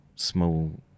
small